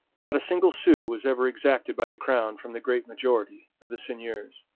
not a single sou was ever exacted by the crown from the great majority of the seigneurs.